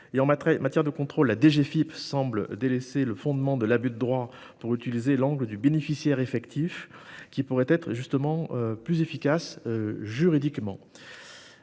en matière de contrôle, la DGFiP semble délaisser le fondement de l'abus de droit pour utiliser l'angle du bénéficiaire effectif, qui pourrait être plus efficace juridiquement.